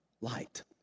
light